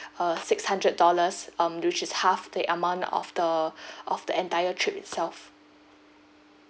uh six hundred dollars um which is half the amount of the of the entire trip itself